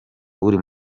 uri